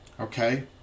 okay